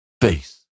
face